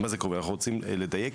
רוצים לדייק.